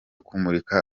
kumurikira